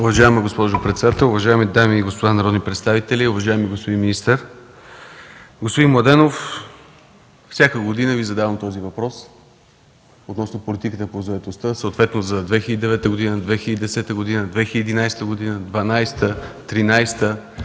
Уважаема госпожо председател, уважаеми дами и господа народни представители, уважаеми господин министър! Господин Младенов, всяка година Ви задавам този въпрос относно политиката по заетостта съответно за 2009, 2010, 2011, 2012, 2013 г.